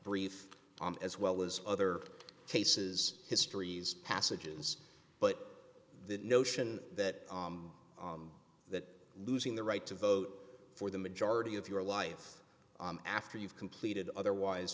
brief as well as other cases histories passages but the notion that that losing the right to vote for the majority of your life after you've completed otherwise